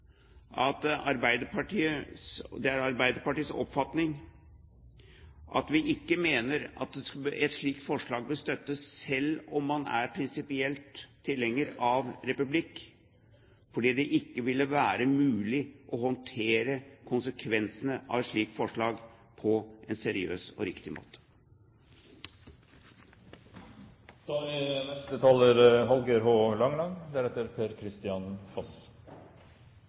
Det er Arbeiderpartiets oppfating at vi ikke mener at et slikt forslag bør støttes selv om man er prinsipielt tilhenger av republikk, fordi det ikke ville være mulig å håndtere konsekvensene av et slikt forslag på en seriøs og riktig